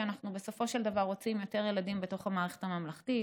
כי בסופו של דבר אנחנו רוצים יותר ילדים בתוך המערכת הממלכתית,